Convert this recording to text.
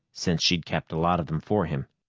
since she'd kept a lot of them for him.